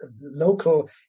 local